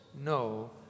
No